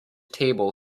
table